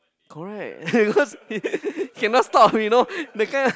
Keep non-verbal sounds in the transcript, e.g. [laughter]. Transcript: correct [laughs] cause he cannot stop you know that kind